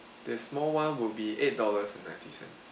the small [one] would be eight dollars and ninety cents